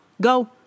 go